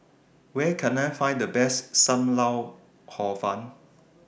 Where Can I Find The Best SAM Lau Hor Fun